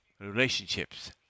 relationships